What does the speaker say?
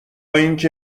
اینکه